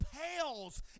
pales